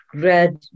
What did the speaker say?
grad